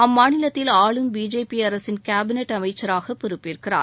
அம்மாநிலத்தில் ஆளும் பிஜேபி அரசின் கேபினெட் அமைச்சராக பொறுப்பேற்கிறார்